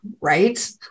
Right